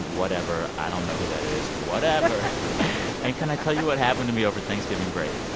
whatever, i don't know who that is whatever and can i tell you what happened to me over thanksgiving break?